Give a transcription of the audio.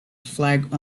flag